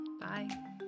Bye